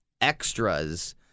extras